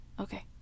Okay